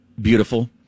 Beautiful